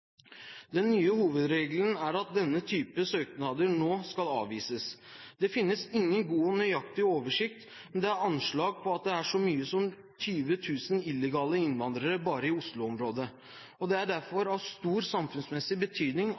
Den nye hovedregelen er at denne typen søknader nå skal avvises. Det finnes ingen god og nøyaktig oversikt, men det er anslag på at det er så mye som 20 000 illegale innvandrere bare i Oslo-området. Det er derfor av stor samfunnsmessig betydning